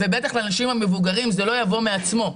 ובטח לאנשים המבוגרים זה לא יבוא מעצמו.